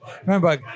remember